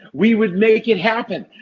we would make it happen.